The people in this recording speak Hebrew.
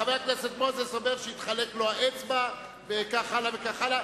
חבר הכנסת מוזס אומר שהחליקה לו האצבע וכך הלאה.